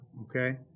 Okay